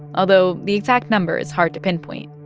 although the exact number is hard to pinpoint.